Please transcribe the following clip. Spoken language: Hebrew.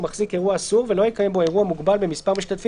הוא מחזיק אירוע אסור ולא יקיים בו אירוע מוגבל במספר משתתפים